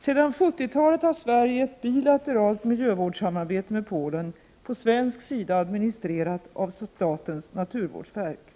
Sedan 1970-talet har Sverige ett bilateralt miljövårdssamarbete med Polen, på svensk sida administrerat av statens naturvårdsverk.